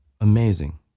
amazing